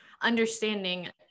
understanding